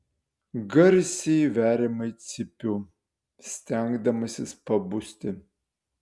garsiai veriamai cypiu stengdamasis pabusti